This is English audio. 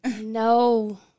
No